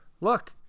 look